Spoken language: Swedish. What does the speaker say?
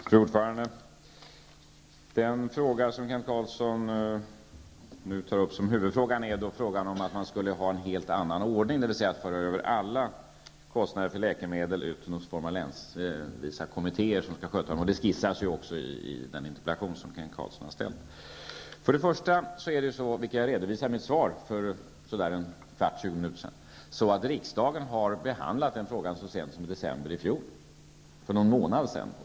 Fru talman! Den huvudfråga som Kent Carlsson nu tar upp gäller att man skulle ha en helt annan ordning, dvs. att man skall föra över alla kostnader för läkemedel till länsvisa kommittéer. Detta skissas också i den interpellation som Kent Carlsson har lagt fram. Först och främst -- vilket jag redovisade i mitt svar för cirka en kvart sedan -- behandlade riksdagen denna fråga så sent som i december i fjol, för någon månad sedan.